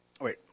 Wait